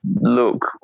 look